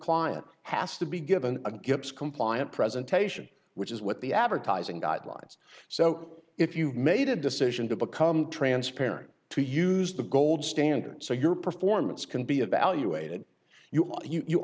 client has to be given a gibbs compliant for taishan which is what the advertising guidelines so if you made a decision to become transparent to use the gold standard so your performance can be evaluated you